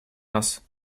нас